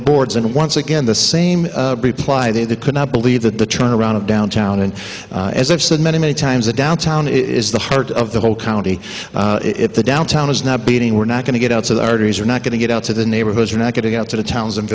the boards and once again the same reply they could not believe that the turnaround of downtown and as i've said many many times the downtown is the heart of the whole county if the downtown is not beating we're not going to get out so the arteries are not going to get out to the neighborhoods are not getting out to the towns and